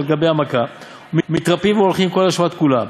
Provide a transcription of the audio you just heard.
גבי המכה ומתרפאין והולכין כל השבת כולה.